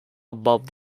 above